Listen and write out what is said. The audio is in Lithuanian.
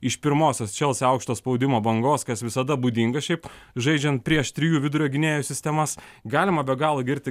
iš pirmosios chelsea aukšto spaudimo bangos kas visada būdinga šiaip žaidžiant prieš trijų vidurio gynėjų sistemas galima be galo girti